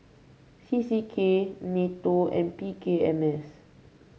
C C K NATO and P K M S